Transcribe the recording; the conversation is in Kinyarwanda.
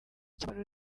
cyangwa